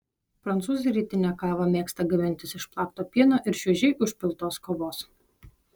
prancūzai rytinę kavą mėgsta gamintis iš plakto pieno ir šviežiai užpiltos kavos